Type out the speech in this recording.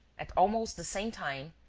at almost the same time,